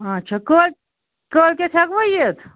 اَچھا کٲلۍ کٲلۍ کٮ۪تھ ہٮ۪کوا یِتھ